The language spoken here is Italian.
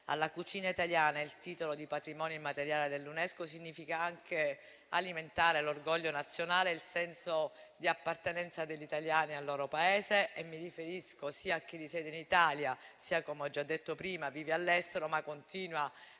alla cucina italiana il titolo di patrimonio immateriale dell'UNESCO significa anche alimentare l'orgoglio nazionale e il senso di appartenenza degli italiani al loro Paese e mi riferisco sia a chi oggi risiede in Italia, sia a chi - come ho già detto prima - vive all'estero ma continua a